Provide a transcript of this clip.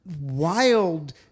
wild